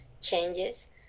changes